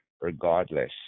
regardless